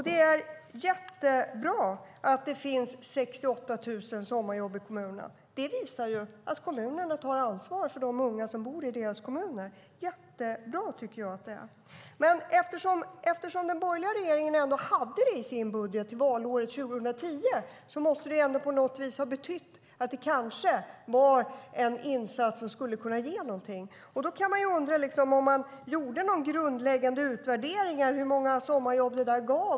Det är jättebra att det finns 68 000 sommarjobb i kommunerna. Det visar att kommunerna tar ansvar för de unga som bor där, och det tycker jag är jättebra. Eftersom den borgerliga regeringen hade detta i sin budget till valåret 2010 måste det ändå på något vis ha betytt att det kanske var en insats som skulle kunna ge någonting. Man kan undra om det gjordes några grundläggande utvärderingar av hur många sommarjobb det där gav.